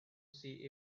see